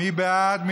מי בעד?